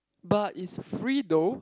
but it's free though